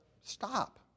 stop